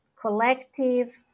collective